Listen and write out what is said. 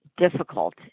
Difficult